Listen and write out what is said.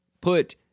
put